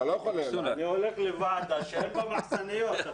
אני הולך לוועדה שאין בה מחסניות.